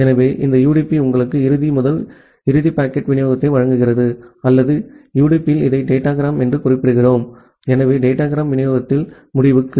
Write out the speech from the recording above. எனவே இந்த யுடிபி உங்களுக்கு இறுதி முதல் இறுதி பாக்கெட் விநியோகத்தை வழங்குகிறது அல்லது யுடிபியில் இதை டேட்டாகிராம் என்று குறிப்பிடுகிறோம் எனவே டேடாகிராம் விநியோகத்தில் முடிவுக்கு